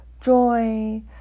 joy